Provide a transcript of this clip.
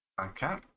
Okay